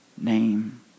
name